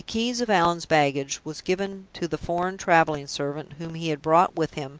the keys of allan's baggage was given to the foreign traveling servant whom he had brought with him,